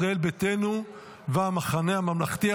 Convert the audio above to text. ישראל ביתנו והמחנה הממלכתי.